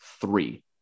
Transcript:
three